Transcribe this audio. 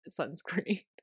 sunscreen